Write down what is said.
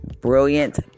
brilliant